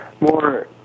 more